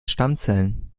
stammzellen